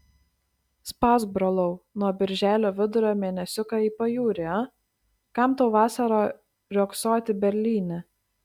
spausk brolau nuo birželio vidurio mėnesiuką į pajūrį a kam tau vasarą riogsoti berlyne